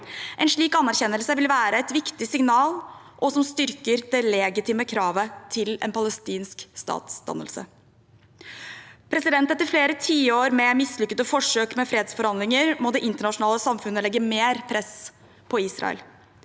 En slik anerkjennelse vil være et viktig signal og styrke det legitime kravet til en palestinsk statsdannelse. Etter flere tiår med mislykkede forsøk med fredsforhandlinger må det internasjonale samfunnet legge mer press på Israel.